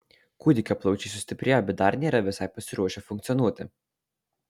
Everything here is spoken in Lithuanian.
kūdikio plaučiai sustiprėjo bet dar nėra visai pasiruošę funkcionuoti